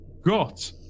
got